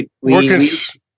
workers